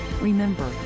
Remember